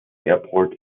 airport